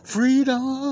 Freedom